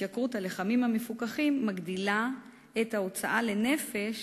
התייקרות הלחמים המפוקחים מגדילה את ההוצאה לנפש